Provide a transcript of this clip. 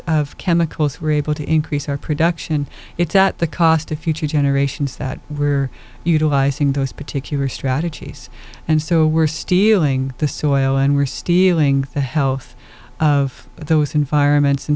of chemicals were able to increase our production it's at the cost to future generations that we're utilizing those particular strategies and so we're stealing the soil and we're stealing the health of those environments and